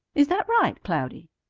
is that right, cloudy?